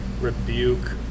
rebuke